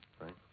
Right